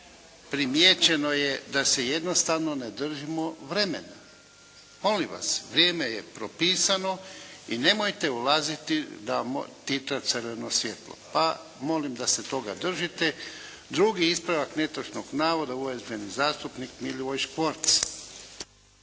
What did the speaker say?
primijećeno je da se jednostavno ne držimo vremena. Molim vas, vrijeme je propisano i nemojte ulaziti, da titra crveno svjetlo. Pa molim da se toga držite. Drugi ispravak netočnog navoda, uvaženi zastupnik Milivoj Škvorc.